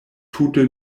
tute